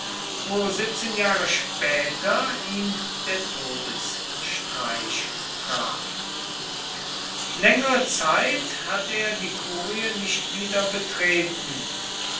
wo siebzehn jahre später ihn der todesstreich traf längere zeit hat er die kurie nicht wieder betreten